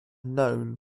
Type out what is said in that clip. known